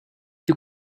you